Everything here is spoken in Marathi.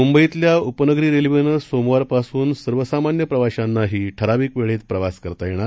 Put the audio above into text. मुंबईतल्या उपनगरी रेल्वेनं सोमवारपासून सर्व सामान्य प्रवाश्यांनाही ठराविक वेळेमधे प्रवास करता येणार